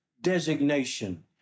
designation